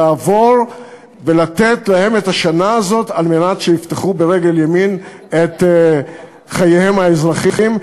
לעבור ולתת להם את השנה הזאת כדי שיפתחו ברגל ימין את חייהם האזרחיים,